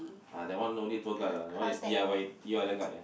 uh that one no need tour guide lah that one is D_I_Y D_I_Y guide ah